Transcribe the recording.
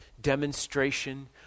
demonstration